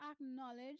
acknowledge